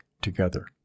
together